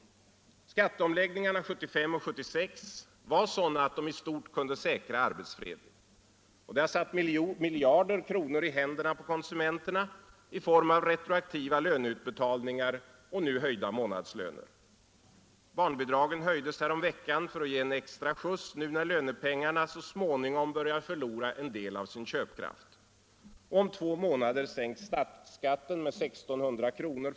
Skatteomläggningarna 1975 och 1976 var sådana att de i stort kunde säkra arbetsfreden. Det har satt miljarder kronor i händerna på konsumenterna i form av retroaktiva löneutbetalningar och nu höjda månadslöner. Barnbidragen höjdes häromveckan för att ge en extra skjuts nu när lönepengarna så småningom börjar förlora en del av sin köpkraft. Och om två månader sänks statsskatten med 1 600 kr.